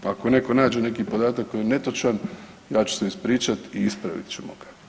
Ako netko nađe neki podatak koji je netočan ja ću se ispričati i ispravit ćemo ga.